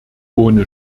ohne